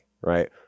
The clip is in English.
right